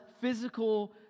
physical